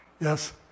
Yes